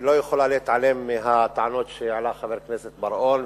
היא לא יכולה להתעלם מהטענות שהעלה חבר הכנסת בר-און,